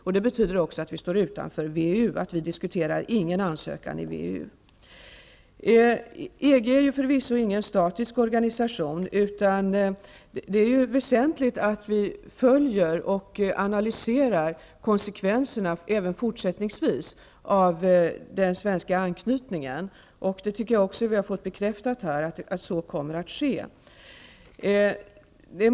Detta betyder också att vi står utanför WEU, att vi inte diskuterar någon ansökan om medlemskap i WEU. EG är förvisso ingen statisk organisation, utan det är väsentligt att vi följer och analyserar konsekvenserna även fortsättningsvis av den svenska anknytningen, och jag tycker också att vi fått bekräftat här att så kommer att ske.